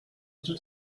tout